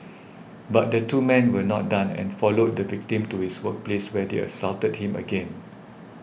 but the two men were not done and followed the victim to his workplace where they assaulted him again